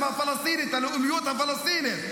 הפטריוטיזם הפלסטיני, את הלאומיות הפלסטינית.